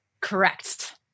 Correct